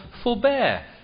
forbear